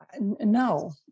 No